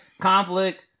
conflict